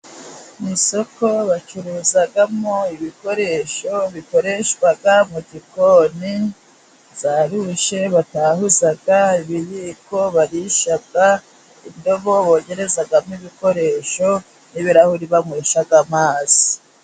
Mu isoko bacuruzamo ibikoresho bikoreshwa mu gikoni, za rushe batahuza, ibiyiko barisha, indobo bogerezamo ibikoresho n'ibirahuri banywesha amazi.